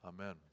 Amen